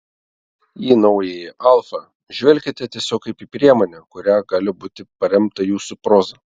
į naująjį alfa žvelkite tiesiog kaip į priemonę kuria gali būti paremta jūsų proza